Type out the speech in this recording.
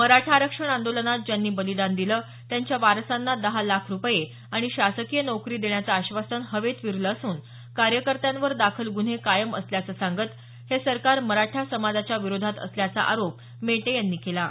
मराठा आरक्षण आंदोलनात ज्यांनी बलिदान दिलं त्यांच्या वारसांना दहा लाख रुपये आणि शासकीय नोकरी देण्याचे आश्वासन हवेत विरलं असून कार्यकर्त्यांवर दाखल गुन्हे कायम असल्याचं सांगत हे सरकार मराठा समाजाच्या विरोधात असल्याचा आरोप मेटे यांनी केला आहे